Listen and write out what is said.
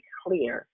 clear